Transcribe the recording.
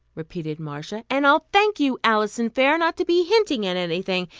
repeated marcia, and i'll thank you, alison fair, not to be hinting at anything,